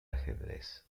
ajedrez